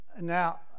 Now